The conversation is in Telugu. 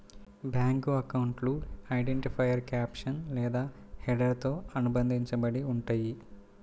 బ్యేంకు అకౌంట్లు ఐడెంటిఫైయర్ క్యాప్షన్ లేదా హెడర్తో అనుబంధించబడి ఉంటయ్యి